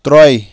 ترٛےٚ